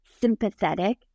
sympathetic